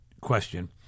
question